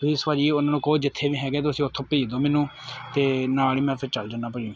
please ਭਾਅ ਜੀ ਉਨ੍ਹਾਂ ਨੂੰ ਕਹੋ ਜਿੱਥੇ ਵੀ ਹੈਗੇ ਤੁਸੀਂ ਓਥੋਂ ਭੇਜ ਦੋ ਮੈਨੂੰ ਤੇ ਨਾਲ ਈ ਮੈਂ ਫੇਰ ਚਲਜਾਂਨਾ ਭਾਅ ਜੀ